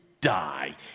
die